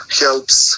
helps